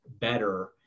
better